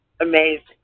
amazing